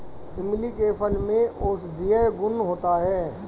इमली के फल में औषधीय गुण होता है